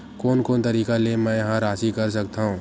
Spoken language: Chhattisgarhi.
कोन कोन तरीका ले मै ह राशि कर सकथव?